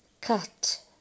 cut